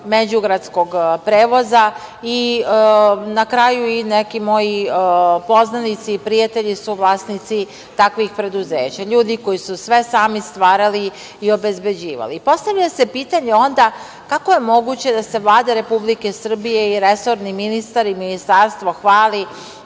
međugradskog prevoza i na kraju i neki moji poznanici i prijatelji su vlasnici takvih preduzeća, ljudi koji su sve sami stvarali i obezbeđivali. Onda, postavlja se pitanje kako je moguće da Vlada Republike Srbije i resorni ministar i Ministarstvo hvali